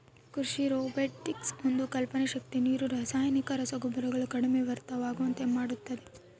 ಕೃಷಿ ರೊಬೊಟಿಕ್ಸ್ ಒಂದು ಕಲ್ಪನೆ ಶಕ್ತಿ ನೀರು ರಾಸಾಯನಿಕ ರಸಗೊಬ್ಬರಗಳು ಕಡಿಮೆ ವ್ಯರ್ಥವಾಗುವಂತೆ ಮಾಡುತ್ತದೆ